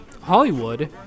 Hollywood